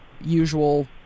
usual